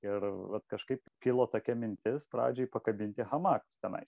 ir vat kažkaip kilo tokia mintis pradžioj pakabinti hamakus tenais